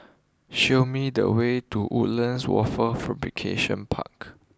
show me the way to Woodlands Wafer Fabrication Park